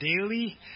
daily